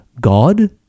God